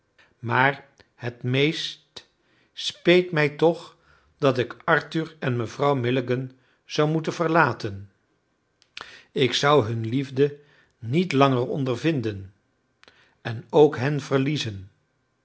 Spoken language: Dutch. maar het meest speet mij toch dat ik arthur en mevrouw milligan zou moeten verlaten ik zou hun liefde niet langer ondervinden en ook hen verliezen